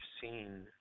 seen